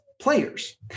Players